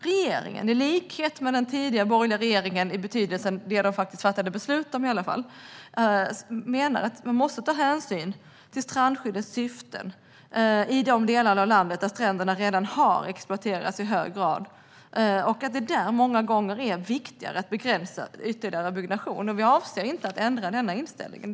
Regeringen, i likhet med den tidigare borgerliga regeringen, det vill säga det de faktiskt fattade beslut om, menar att man måste ta hänsyn till strandskyddets syften i de delar av landet där stränderna redan har exploaterats i hög grad och att det där många gånger är viktigare att begränsa ytterligare byggnation. Vi avser inte att ändra denna inställning.